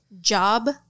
Job